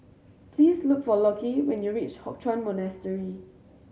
please look for Lockie when you reach Hock Chuan Monastery